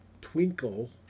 twinkle